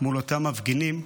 מול אותם מפגינים,